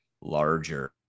larger